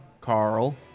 Carl